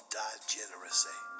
degeneracy